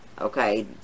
okay